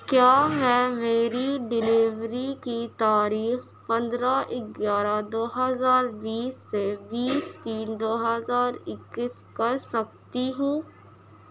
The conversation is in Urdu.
کیا میں میری ڈلیوری کی تاریخ پندرہ گیارہ دو ہزار بیس سے بیس تین دو ہزار اکیس کر سکتی ہوں